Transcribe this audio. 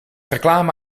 reclame